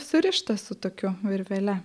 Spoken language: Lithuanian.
surištas su tokiu virvele